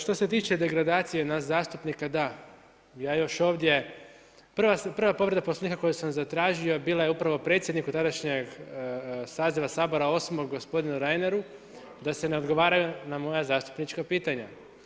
Što se tiče degradacije nas zastupnika da, ja još ovdje prva povreda Poslovnika koju sam zatražio bila je upravo predsjedniku tadašnjeg saziva Sabora VIII. gospodinu Reineru da se ne odgovara na moja zastupnika pitanja.